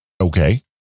Okay